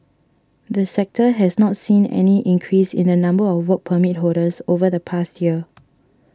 the sector has not seen any increase in the number of Work Permit holders over the past year